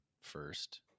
first